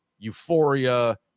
euphoria